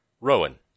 Rowan